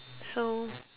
so